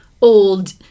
old